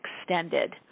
extended